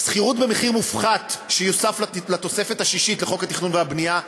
שכירות במחיר מופחת שיוסף לתוספת השישית לחוק התכנון והבנייה.